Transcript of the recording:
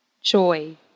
joy